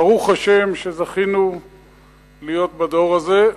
ברוך השם שזכינו להיות בדור הזה,